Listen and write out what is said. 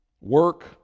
work